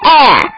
air